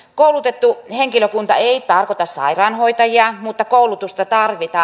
koulutettu henkilökunta ei tarkoita sairaanhoitajia mutta koulutusta tarvitaan